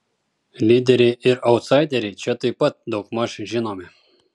lyderiai ir autsaideriai čia taip pat daugmaž žinomi